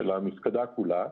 המפקדה כולה.